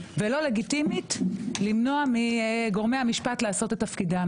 על סדר-היום: הצעת חוק-יסוד: הממשלה (תיקון נבצרות ראש הממשלה).